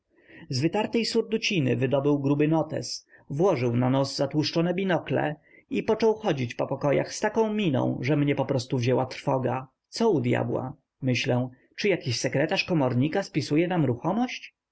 z wytartej surduciny wydobył gruby notes włożył na nos zatłuszczone binokle i począł chodzić po pokojach z taką miną że mnie poprostu wzięła trwoga co u dyabła myślę czy jaki sekretarz komornika spisuje nam ruchomości